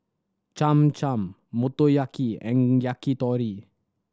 Cham Cham Motoyaki and Yakitori